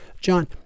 John